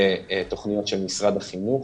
אל התוכניות של משרד החינוך.